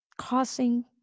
causing